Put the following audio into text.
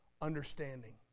understanding